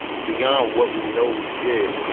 beyond what we know he said,